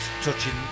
touching